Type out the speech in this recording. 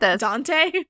Dante